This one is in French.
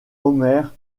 homer